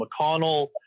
McConnell